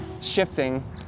shifting